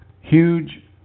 Huge